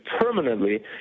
permanently